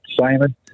Simon